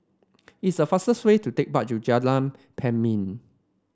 it's a fastest way to take bus to Jalan Pemimpin